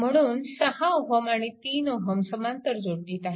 म्हणून 6 Ω आणि 3 Ω समांतर जोडणीत आहेत